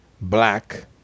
Black